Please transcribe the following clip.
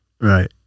Right